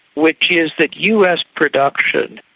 which is that us production,